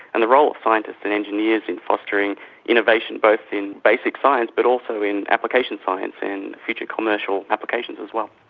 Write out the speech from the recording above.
and the role of scientists and engineers in fostering innovation both in basic science but also in application science and future commercial applications as well.